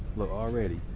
look, already.